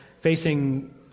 facing